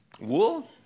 Wool